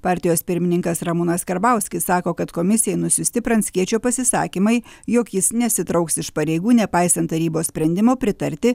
partijos pirmininkas ramūnas karbauskis sako kad komisijai nusiųsti pranckiečio pasisakymai jog jis nesitrauks iš pareigų nepaisant tarybos sprendimo pritarti